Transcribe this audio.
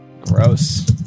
Gross